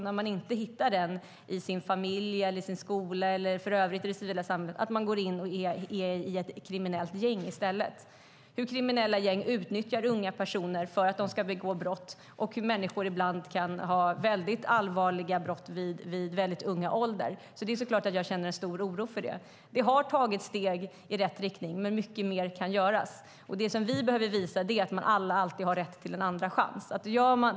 När man inte hittar den i sin familj, sin skola eller i det civila samhället i övrigt är det lätt att man går in i ett kriminellt gäng i stället. Det handlar om hur kriminella gäng ibland utnyttjar personer för att begå brott och hur människor ibland kan begå väldigt allvarliga brott vid väldigt ung ålder. Det är klart att jag känner en stor oro för det. Det har tagits steg i rätt riktning, men mycket mer kan göras. Det som vi behöver visa är att alla alltid har rätt till en andra chans.